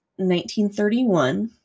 1931